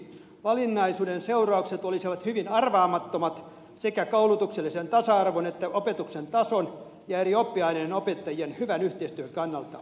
valinnaisuuden seuraukset olisivat hyvin arvaamattomat sekä koulutuksellisen tasa arvon että opetuksen tason ja eri oppiaineiden opettajien hyvän yhteistyön kannalta